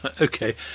Okay